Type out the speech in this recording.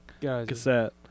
cassette